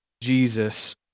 Jesus